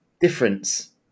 difference